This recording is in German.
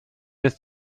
ist